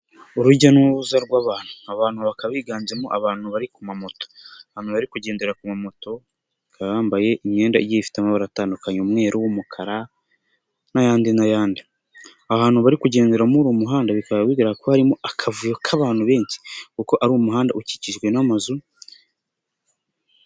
Urujya n'uruza rw'abantu, abantu bakaba biganjemo abantu bari ku mamoto, abantu bari kugendera ku mamoto, bakaba bambaye imyenda igiye ifite amabara atandukanye, umweru, umukara n'ayandi n'ayandi, ahantu bari kugendera muri uwo muhanda, bikaba bigaragara ko harimo akavuyo k'abantu benshi kuko ari umuhanda ukikijwe n'amazu.